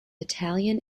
italian